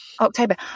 October